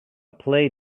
play